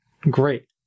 great